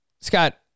Scott